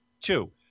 Two